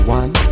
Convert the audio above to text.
one